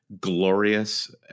glorious